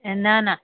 न न